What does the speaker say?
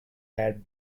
had